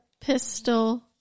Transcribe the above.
pistol